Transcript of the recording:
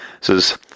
says